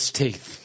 teeth